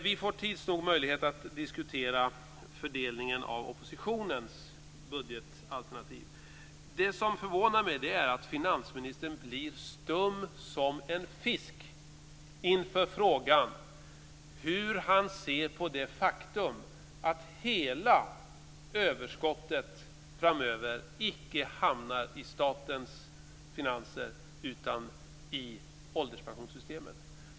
Vi får tids nog möjlighet att diskutera fördelningen av oppositionens budgetalternativ. Det som förvånar mig är att finansministern blir stum som en fisk inför frågan hur han ser på det faktum att hela överskottet framöver icke hamnar i statens finanser utan i ålderspensionssystemet.